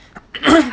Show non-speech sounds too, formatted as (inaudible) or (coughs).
(coughs)